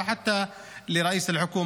ואפילו לא בראש הממשלה.